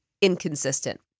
inconsistent